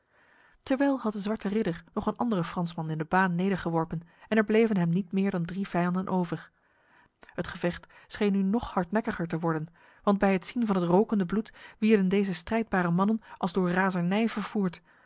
terwijl had de zwarte ridder nog een andere fransman in de baan nedergeworpen en er bleven hem niet meer dan drie vijanden over het gevecht scheen nu nog hardnekkiger te worden want bij het zien van het rokende bloed wierden deze strijdbare mannen als door razernij vervoerd